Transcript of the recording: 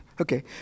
okay